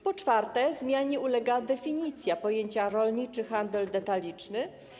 Po czwarte, zmianie ulega definicja pojęcia: rolniczy handel detaliczny.